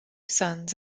sons